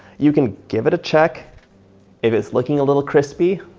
you can give it a check if it's looking a little crispy,